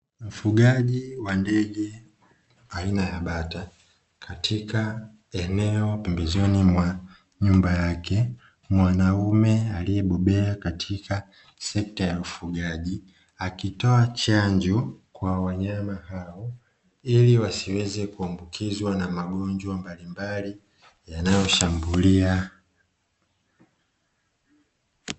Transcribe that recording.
Mfugaji wa ndege aina ya bata katika eneo pembezoni mwa nyumba yake. Mwanaume aliyebobea katika sekta ya ufugaji, akitoa chanjo kwa wanyama hao, ili wasiweze kuambukizwa na magonjwa mbalimbali yanayoshambulia.